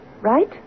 Right